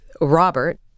Robert